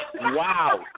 Wow